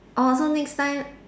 orh so next time